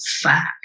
fact